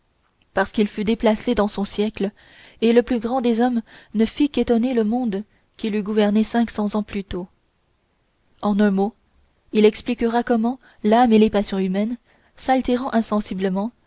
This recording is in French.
parce qu'il fut déplacé dans son siècle et le plus grand des hommes ne fit qu'étonner le monde qu'il eût gouverné cinq cents ans plus tôt en un mot il expliquera comment l'âme et les passions humaines s'altérant insensiblement